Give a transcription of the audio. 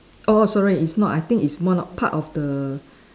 oh sorry it's not I think it's more not part of the